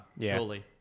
Surely